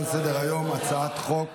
הצעת חוק